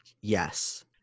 yes